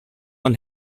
and